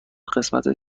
قسمت